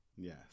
Yes